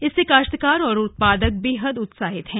इससे काश्तकार और उत्पादक बेहद उत्साहित हैं